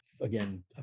again